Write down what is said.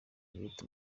elliott